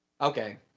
Okay